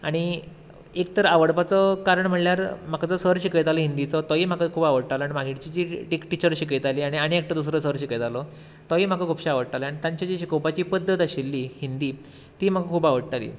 आनी एक तर आवडपाचो कारण म्हळ्यार म्हाका जो सर शिकयतालो हिंदीचो तोवूय म्हाका खूब आवडटा कारण मागीरची जी एक टिचर शिकयताली आनी आनी एकटो दुसरो सर शिकयतालो तोवूय म्हाका खुबशे आवडटाले आनी तांची जी शिकोवपाची पद्दत आशिल्ली हिंदी ती म्हाका खूब आवडटाली